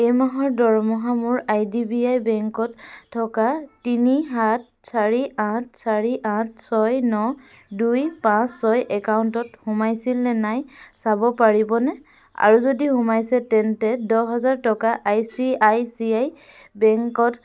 এই মাহৰ দৰমহা মোৰ আই ডি বি আই বেংকত থকা তিনি সাত চাৰি আঠ চাৰি আঠ ছয় ন দুই পাঁচ ছয় একাউণ্টত সোমাইছিল নে নাই চাব পাৰিবনে আৰু যদি সোমাইছে তেন্তে দহ হেজাৰ টকা I C I C I বেংকত